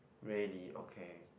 really okay